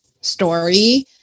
story